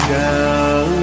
down